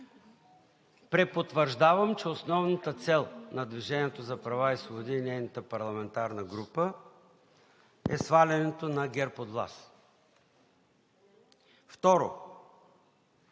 препотвърждавам, че основната цел на „Движението за права и свободи“ и нейната парламентарна група е свалянето на ГЕРБ от власт. Второ,